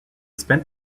spent